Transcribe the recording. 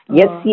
Yes